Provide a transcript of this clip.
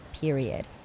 period